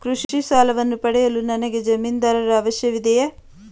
ಕೃಷಿ ಸಾಲವನ್ನು ಪಡೆಯಲು ನನಗೆ ಜಮೀನುದಾರರ ಅಗತ್ಯವಿದೆಯೇ?